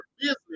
business